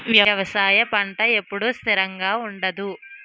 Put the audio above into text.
వ్యవసాయం పంట ఎప్పుడు స్థిరంగా ఉండదు